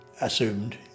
assumed